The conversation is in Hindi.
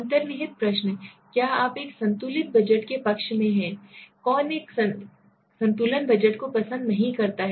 अन्तर्निहित प्रश्न क्या आप एक संतुलित बजट के पक्ष में हैं कौन एक संतुलन बजट को पसंद नहीं करता है